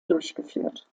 durchgeführt